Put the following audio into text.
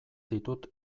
ditut